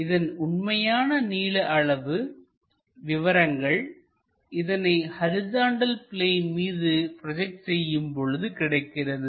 இதன் உண்மையான நீள அளவு விவரங்கள் இதனை ஹரிசாண்டல் பிளேன் மீது ப்ரோஜெக்ட் செய்யும் பொழுது கிடைக்கிறது